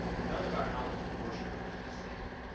none of our houses of worship are gonna be safe.